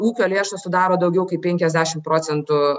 ūkio lėšos sudaro daugiau kaip penkiasdešim procentų